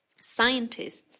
Scientists